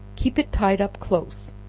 keep it tied up close,